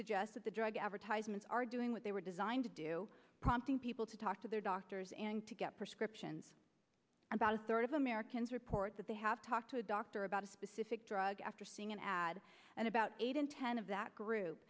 suggest that the drug advertisements are doing what they were designed to do prompting people to talk to their doctors and to get prescriptions about a third of americans report that they have talked to a doctor about a specific drug after seeing an ad and about eight in ten of that group